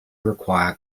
require